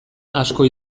asko